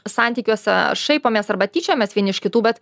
santykiuose šaipomės arba tyčiojamės vieni iš kitų bet